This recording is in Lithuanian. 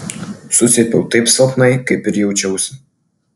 sucypiau taip silpnai kaip ir jaučiausi